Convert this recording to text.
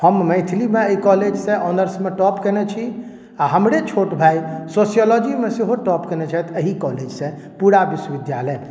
हम मैथिलीमे अइ कॉलेजसँ ऑनर्समे टॉप केने छी आओर हमरे छोट भाय सोसियोलौजीमे सेहो टॉप केने छथि अहि कॉलेजसँ पूरा विश्वविद्यालय